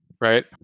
right